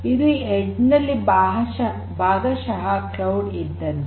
ಇದು ಎಡ್ಜ್ ನಲ್ಲಿ ಭಾಗಶಃ ಕ್ಲೌಡ್ ಇದ್ದಂತೆ